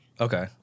Okay